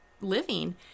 living